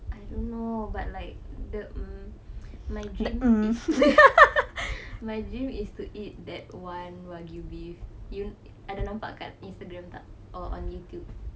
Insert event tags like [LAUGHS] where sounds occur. I don't know but like mm the mm my dream is [LAUGHS] my dream is to eat that one wagyu beef you ada nampak kat instagram tak or on youtube